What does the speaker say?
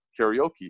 karaoke